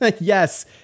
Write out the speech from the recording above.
Yes